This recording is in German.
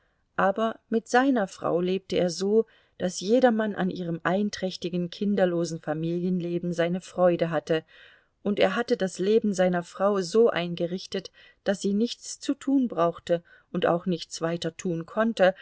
aber mit seiner frau lebte er so daß jedermann an ihrem einträchtigen kinderlosen familienleben seine freude hatte und er hatte das leben seiner frau so eingerichtet daß sie nichts zu tun brauchte und auch nichts weiter tun konnte